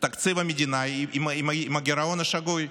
תקציב המדינה עם הגירעון השגוי?